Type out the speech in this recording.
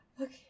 Okay